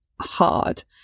hard